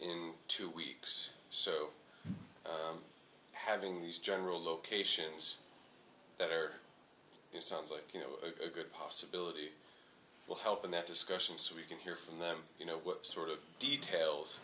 in two weeks so having these general locations that are you sounds like you know a good possibility will help in that discussion so we can hear from them you know what sort of details